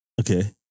Okay